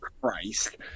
Christ